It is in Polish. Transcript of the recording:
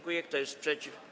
Kto jest przeciw?